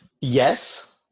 yes